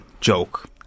Joke